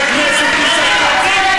אני אתן לחברת הכנסת, תגידי משהו על הטרור.